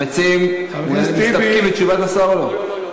המציעים מסתפקים בתשובת השר או לא?